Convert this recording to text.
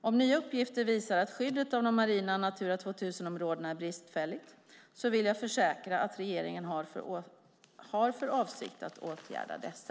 Om nya uppgifter visar att skyddet av de marina Natura 2000-områdena är bristfälligt, vill jag försäkra att regeringen har för avsikt att åtgärda dessa.